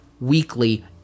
weekly